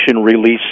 release